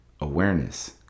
awareness